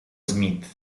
smith